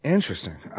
Interesting